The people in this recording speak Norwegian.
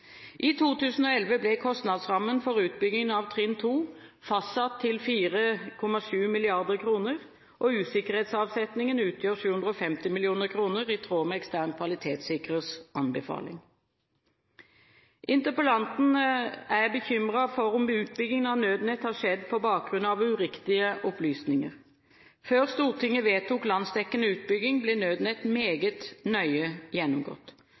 I 2011 ble kostnadsrammen for utbyggingen av trinn 2 fastsatt til 4,7 mrd. kr, og usikkerhetsavsetninger utgjør 750 mill. kr – i tråd med ekstern kvalitetssikrers anbefaling. Interpellanten er bekymret for om utbyggingen av Nødnett har skjedd på bakgrunn av uriktige opplysninger. Før Stortinget vedtok landsdekkende utbygging ble Nødnett meget nøye gjennomgått.